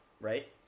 right